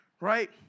Right